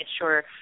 sure